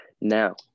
now